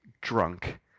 drunk